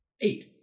Eight